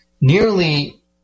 nearly